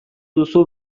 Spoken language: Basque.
duzu